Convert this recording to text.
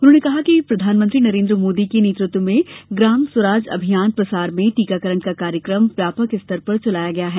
उन्होंने कहा कि प्रधानमंत्री नरेन्द्र मोदी के नेतृत्व में ग्राम स्वराज अभियान प्रसार में टीकाकरण का कार्यक्रम व्यापक स्तर पर चलाया गया है